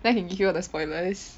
then I can give you all the spoilers